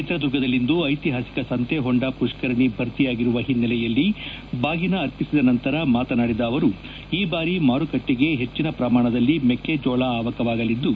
ಚಿತ್ರದುರ್ಗದಲ್ಲಿಂದು ಐತಿಹಾಸಿಕ ಸಂತೇಹೊಂಡ ಪುಷ್ಕರಣಿ ಭರ್ತಿಯಾಗಿರುವ ಹಿನ್ನೆಲೆಯಲ್ಲಿ ಬಾಗಿನ ಅರ್ಪಿಸಿದ ನಂತರ ಮಾತನಾಡಿದ ಅವರು ಈ ಬಾರಿ ಮಾರುಕಟ್ಟಿಗೆ ಹೆಚ್ಚಿನ ಪ್ರಮಾಣದಲ್ಲಿ ಮೆಕ್ಕೆಜೋಳ ಆವಕವಾಗಲಿದ್ದು